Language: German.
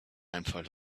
einfall